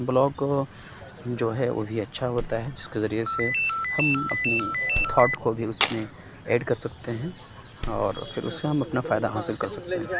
blog جو ہے وہ ہی اچھا ہوتا ہے جس کے ذریعے سے ہم اپنی تھاٹ کو بھی اُس میں ایڈ کر سکتے ہیں اور پھر اُس سے ہم اپنا فائدہ حاصل کر سکتے ہیں